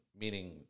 meaning